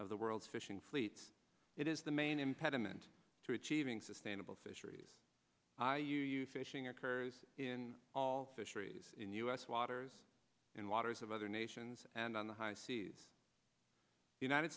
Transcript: of the world's fishing fleets it is the main impediment to achieving sustainable fisheries are you fishing occurs in all fisheries in u s waters in waters of other nations and on the high seas united